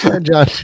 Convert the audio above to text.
John